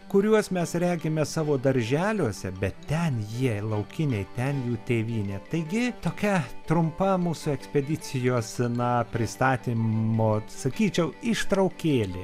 kuriuos mes regime savo darželiuose bet ten jie laukiniai ten jų tėvynė taigi tokia trumpa mūsų ekspedicijos na pristatymo sakyčiau ištraukėlė